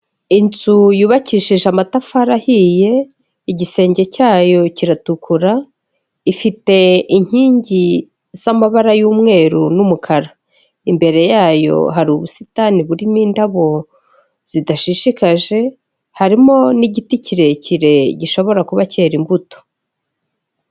Inzu yubakishije amatafari ahiye, igisenge cyayo kiratukura, ifite inkingi z'amabara y'umweru n'umukara, imbere yayo hari ubusitani burimo indabo zidashishikaje harimo n'igiti kirekire gishobora kuba cyera imbuto.